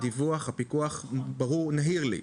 הדיווח והפיקוח בהיר לי.